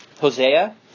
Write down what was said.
Hosea